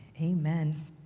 Amen